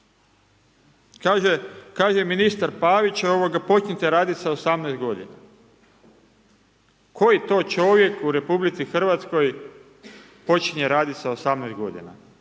Kaže ministar Pavić, počnite raditi sa 18 godina. Koji to čovjek u RH počinje raditi sa 18 godina?